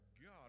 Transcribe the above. God